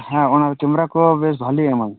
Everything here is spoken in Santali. ᱦᱮᱸ ᱚᱱᱟ ᱠᱮᱢᱨᱟ ᱠᱚ ᱵᱮᱥ ᱵᱷᱟᱞᱤᱭ ᱮᱢᱟ